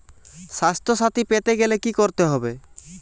স্বাস্থসাথী পেতে গেলে কি করতে হবে?